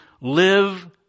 live